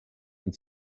and